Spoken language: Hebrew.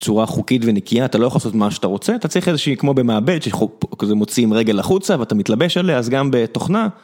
צורה חוקית ונקייה אתה לא יכול לעשות מה שאתה רוצה, אתה צריך איזשהי כמו במעבד, שכזה, מוציאים רגל החוצה ואתה מתלבש עליה אז גם בתוכנה.